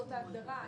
זאת ההגדרה.